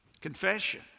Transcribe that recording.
Confession